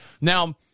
Now